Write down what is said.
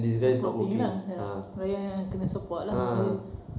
supporting lah ya dayah yang kena support lah